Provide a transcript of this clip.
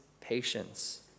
patience